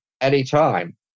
anytime